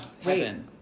heaven